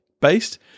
based